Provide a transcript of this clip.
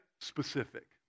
specific